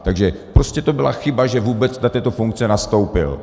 Takže prostě to byla chyba, že vůbec do této funkce nastoupil.